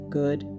good